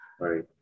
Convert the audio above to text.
Right